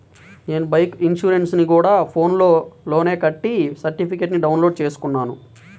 నేను బైకు ఇన్సురెన్సుని గూడా ఫోన్ పే లోనే కట్టి సర్టిఫికేట్టుని డౌన్ లోడు చేసుకున్నాను